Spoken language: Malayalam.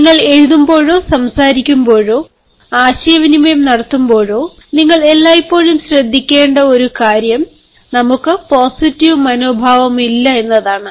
നിങ്ങൾ എഴുതുമ്പോഴോ സംസാരിക്കുമ്പോഴോ ആശയവിനിമയം നടത്തുമ്പോഴോ നിങ്ങൾ എല്ലായ്പ്പോഴും ശ്രദ്ധിക്കേണ്ട ഒരു കാര്യം നമുക്ക് positive മനോഭാവമില്ല എന്നതാണ്